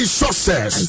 success